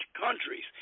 countries